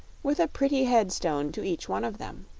with a pretty headstone to each one of them.